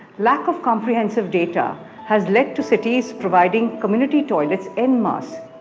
lack of comprehensive data has led to cities providing community toilets en masse.